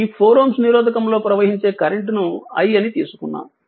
ఈ 4Ω నిరోధకంలో ప్రవహించే కరెంట్ ను i అని తీసుకున్నాము